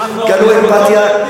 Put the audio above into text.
גלו אמפתיה,